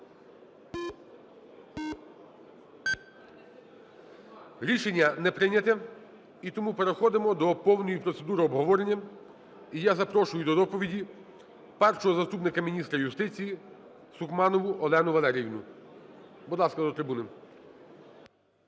Рішення не прийнято. І тому переходимо до повної процедури обговорення. І я запрошую до доповіді першого заступника міністра юстиції Сукманову Олену Валеріївну, будь ласка, до трибуни.